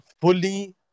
fully